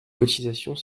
cotisations